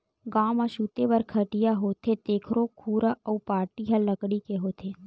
गाँव म सूते बर खटिया होथे तेखरो खुरा अउ पाटी ह लकड़ी के होथे